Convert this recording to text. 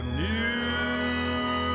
new